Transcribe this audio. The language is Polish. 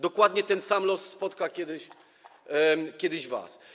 Dokładnie ten sam los spotka kiedyś was.